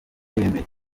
yemeye